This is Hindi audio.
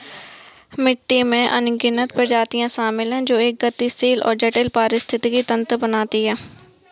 मिट्टी में अनगिनत प्रजातियां शामिल हैं जो एक गतिशील और जटिल पारिस्थितिकी तंत्र बनाती हैं